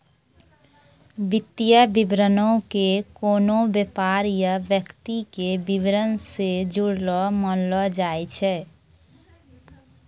वित्तीय विवरणो के कोनो व्यापार या व्यक्ति के विबरण से जुड़लो मानलो जाय छै